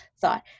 thought